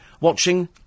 watching